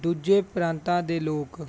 ਦੂਜੇ ਪ੍ਰਾਂਤਾਂ ਦੇ ਲੋਕ